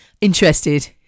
interested